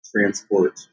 transport